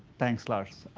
thanks, lars.